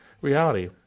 reality